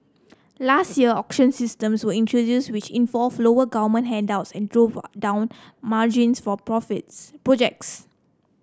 last year auction systems were introduced which involved lower government handouts and drove down margins for profits projects